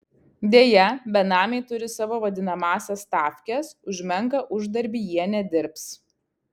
deja benamiai turi savo vadinamąsias stavkes už menką uždarbį jie nedirbs